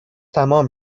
تمام